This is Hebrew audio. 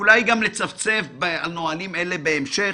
גם לצפצף על נהלים אלה בהמשך,